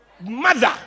Mother